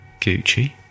Gucci